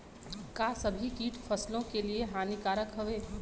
का सभी कीट फसलों के लिए हानिकारक हवें?